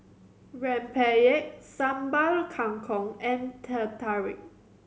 rempeyek Sambal Kangkong and Teh Tarik